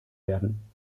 werden